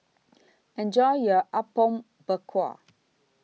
Enjoy your Apom Berkuah